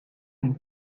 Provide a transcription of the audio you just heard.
une